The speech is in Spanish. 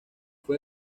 fue